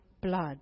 blood